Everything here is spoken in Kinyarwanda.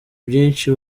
byinshi